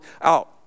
out